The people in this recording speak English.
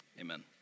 Amen